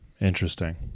Interesting